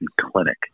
Clinic